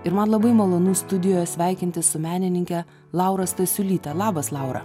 ir man labai malonu studijoje sveikintis su menininke laura stasiulyte labas laura